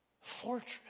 Fortress